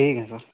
ठीक है सर